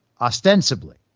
ostensibly